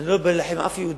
אני לא בא להילחם עם אף יהודי,